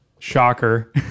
Shocker